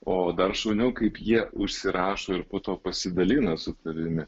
o dar šauniau kaip jie užsirašo ir po to pasidalina su tavimi